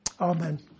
Amen